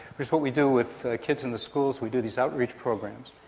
what we do with kids in the schools, we do these outreach programs.